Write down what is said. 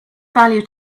value